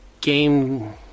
game